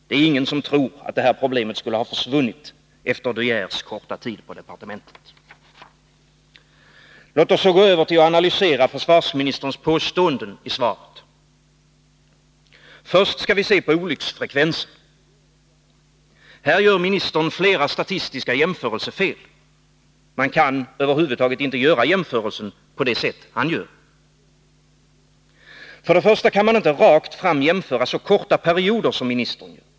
Det är ingen som tror att det här problemet skulle ha försvunnit efter de Geers korta tid på departementet. Låt oss så gå över till att analysera försvarsministerns påståenden i svaret. Först skall vi se på olycksfrekvensen. Här gör ministern flera statistiska jämförelsefel. Man kan över huvud taget inte göra jämförelsen på det sätt han gör. För den första kan man inte rakt fram jämföra så korta perioder som ministern gör.